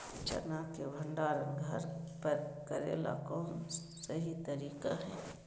चना के भंडारण घर पर करेले कौन सही तरीका है?